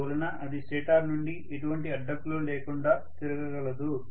అందువలన అది స్టేటార్ నుండి ఎటువంటి అడ్డంకులు లేకుండా తిరగ గలదు